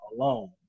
alone